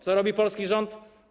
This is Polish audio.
Co robi polski rząd?